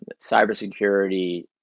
cybersecurity